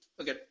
okay